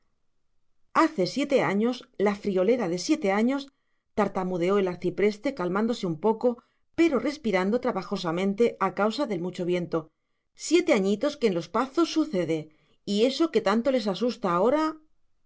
hace siete años la friolera de siete años tartamudeó el arcipreste calmándose un poco pero respirando trabajosamente a causa del mucho viento siete añitos que en los pazos sucede eso que tanto les asusta ahora